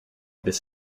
this